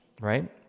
right